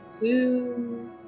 two